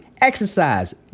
exercise